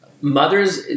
mothers